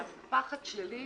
והפחד שלי,